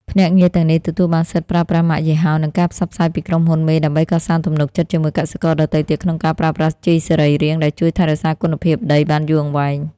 ភ្នាក់ងារទាំងនេះទទួលបានសិទ្ធិប្រើប្រាស់ម៉ាកយីហោ និងការផ្សព្វផ្សាយពីក្រុមហ៊ុនមេ ដើម្បីកសាងទំនុកចិត្តជាមួយកសិករដទៃទៀតក្នុងការប្រើប្រាស់ជីសរីរាង្គដែលជួយថែរក្សាគុណភាពដីបានយូរអង្វែង។